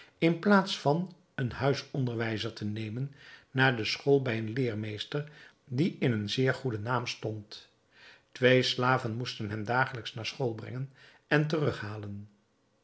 in plaats van een huisonderwijzer te nemen naar de school bij een leermeester die in een zeer goeden naam stond twee slaven moesten hem dagelijks naar school brengen en terughalen